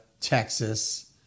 Texas